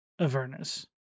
Avernus